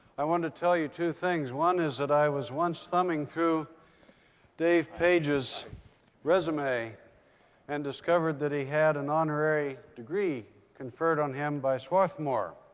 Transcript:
i wanted to tell you two things. one is that i was once thumbing through dave page's resume and discovered that he had an honorary degree conferred on him by swarthmore.